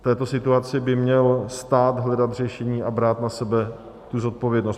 V této situaci by měl stát hledat řešení a brát na sebe tu zodpovědnost.